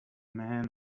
men